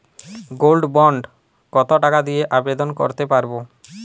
Gold bond কত টাকা দিয়ে আবেদন করতে পারবো?